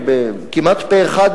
כמעט פה-אחד,